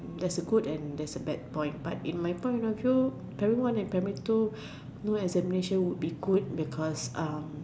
there's a good and there's a bad point but in my point of view primary one and two no examination will be good because um